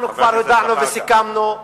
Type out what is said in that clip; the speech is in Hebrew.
אנחנו כבר הודענו וסיכמנו,